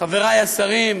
חברי השרים,